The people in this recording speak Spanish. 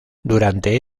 durante